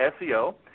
SEO